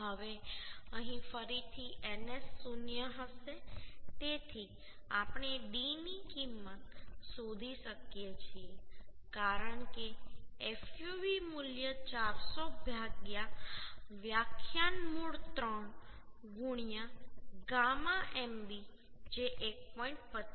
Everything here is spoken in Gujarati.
હવે અહીં ફરીથી ns 0 હશે તેથી આપણે d ની કિંમત શોધી શકીએ છીએ કારણ કે fub મૂલ્ય 400 વ્યાખ્યાનમૂળ 3 γ mb જે 1